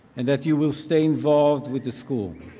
and that you will stay involved with the school.